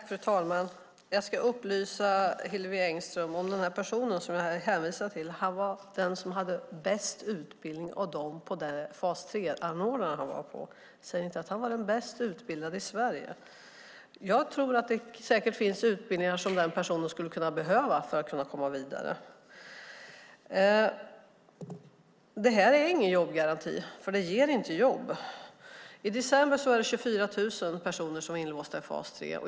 Fru talman! Jag ska upplysa Hillevi Engström om den person som jag hänvisade till. Han var den som hade bäst utbildning hos den fas 3-anordnare som han var hos. Jag säger inte att han var den bäst utbildade i Sverige. Jag tror säkert att det finns utbildningar som denna person skulle behöva för att kunna komma vidare. Detta är ingen jobbgaranti för den ger inte jobb. I december var det 24 000 personer som var inlåsta i fas 3.